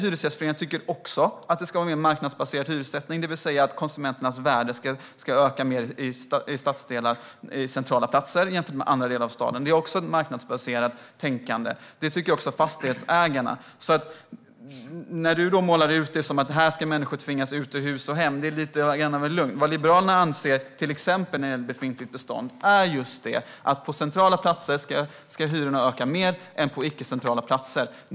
Hyresgästföreningen tycker också att det ska vara en mer marknadsbaserad hyressättning, det vill säga att värdet för hyresgästerna på bostäder ska vara högre i centrala stadsdelar jämfört med andra delar av staden. Det är också ett marknadsbaserat tänkande. Det tycker även Fastighetsägarna. När Nooshi Dadgostar målar upp detta som att människor ska tvingas ut ur hus och hem är det lite grann av en lögn. Vad Liberalerna anser till exempel när det gäller befintligt bestånd är just att hyrorna ska öka mer på centrala platser än på icke-centrala platser.